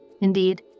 Indeed